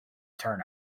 turn